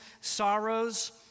sorrows